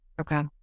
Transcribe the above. Okay